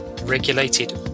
regulated